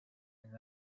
and